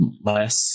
less